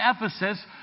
Ephesus